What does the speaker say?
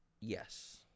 Yes